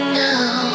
now